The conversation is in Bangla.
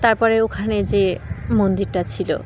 তারপরে ওখানে যে মন্দিরটা ছিল